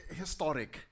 historic